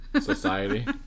Society